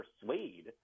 persuade